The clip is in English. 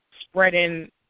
spreading